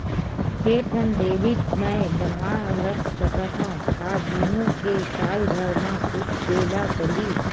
के ठन डेबिट मैं बनवा रख सकथव? का दुनो के साल भर मा कुछ दे ला पड़ही?